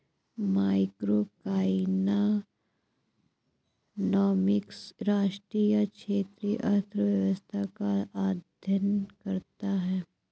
macroeconomics राष्ट्रीय या क्षेत्रीय अर्थव्यवस्था का अध्ययन करता है